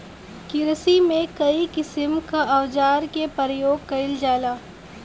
किरसी में कई किसिम क औजार क परयोग कईल जाला